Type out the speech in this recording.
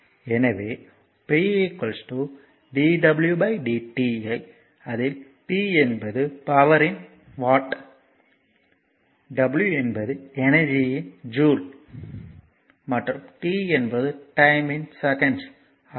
எனவே p dw dt அதில் p என்பது பவர்யின் வாட் w என்பது எனர்ஜியின் ஜூல்ஸ் மற்றும் t என்பது டைம்யின் செகண்ட்ஸ் ஆகும்